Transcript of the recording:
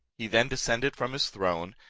he then descended from his throne,